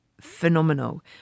phenomenal